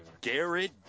Garrett